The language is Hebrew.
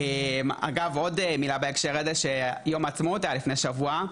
גם יום העצמאות היה לפני שבוע,